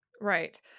Right